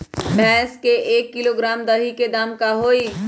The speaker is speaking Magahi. भैस के एक किलोग्राम दही के दाम का होई?